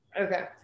Okay